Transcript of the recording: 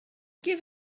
give